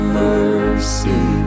mercy